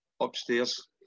upstairs